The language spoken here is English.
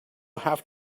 have